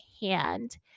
hand